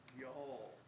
y'all